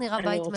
אני